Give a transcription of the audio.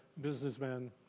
businessman